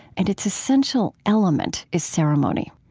and its essential element is ceremony.